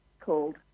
called